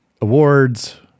awards